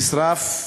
היום בבוקר נשרף